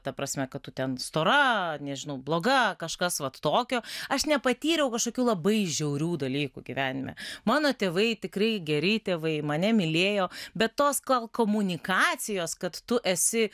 ta prasme kad tu ten stora nežinau bloga kažkas vat tokio aš nepatyriau kažkokių labai žiaurių dalykų gyvenime mano tėvai tikrai geri tėvai mane mylėjo bet tos gal komunikacijos kad tu esi